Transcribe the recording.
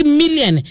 million